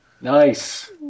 Nice